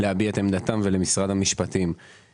להביע את עמדתם ולמשרד המשפטים.